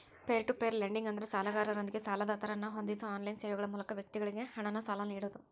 peer to peer lending ಅಂದ್ರ ಸಾಲಗಾರರೊಂದಿಗೆ ಸಾಲದಾತರನ್ನ ಹೊಂದಿಸೋ ಆನ್ಲೈನ್ ಸೇವೆಗಳ ಮೂಲಕ ವ್ಯಕ್ತಿಗಳಿಗಿ ಹಣನ ಸಾಲ ನೇಡೋದು